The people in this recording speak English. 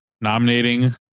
nominating